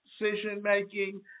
decision-making